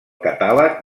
catàleg